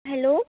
hello